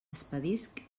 expedisc